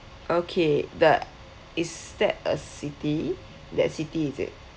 okay that is that a city that city is it